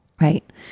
right